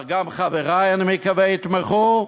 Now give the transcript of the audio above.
וגם חברי, אני מקווה, יתמכו,